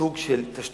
סוג של תשתיות: